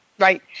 Right